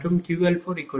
மற்றும் QL4400 kVAr0